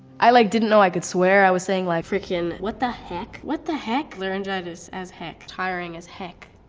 i like didn't know i could swear. i was saying like frickin'. what the heck? what the heck? laryngitis as heck. tiring as heck.